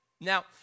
Now